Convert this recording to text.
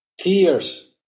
tears